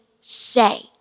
say